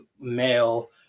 male